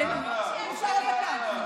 אם אפשר עוד דקה.